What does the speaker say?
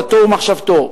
דתו ומחשבתו.